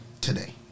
today